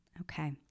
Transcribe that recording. Okay